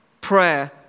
prayer